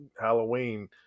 Halloween